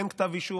אין כתב אישום,